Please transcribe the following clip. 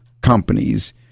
companies